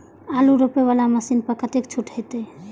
आलू रोपे वाला मशीन पर कतेक छूट होते?